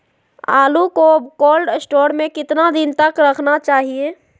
आलू को cold store में कितना दिन तक रखना चाहिए?